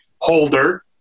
holder